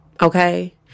okay